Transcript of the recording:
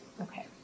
Okay